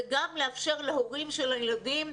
זה גם לאפשר להורים של הילדים,